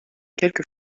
quelques